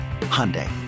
Hyundai